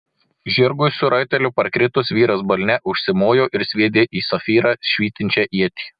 žirgui su raiteliu parkritus vyras balne užsimojo ir sviedė į safyrą švytinčią ietį